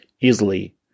easily